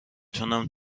تونم